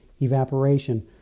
evaporation